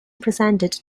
presented